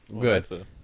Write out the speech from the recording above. Good